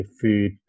food